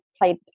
played